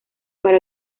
para